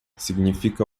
significa